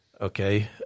okay